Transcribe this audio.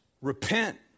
Repent